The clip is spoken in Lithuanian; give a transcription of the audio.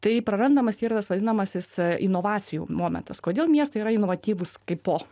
tai prarandamas yra tas vadinamasis inovacijų momentas kodėl miestai yra inovatyvūs kaipo